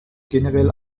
generell